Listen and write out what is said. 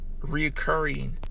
Reoccurring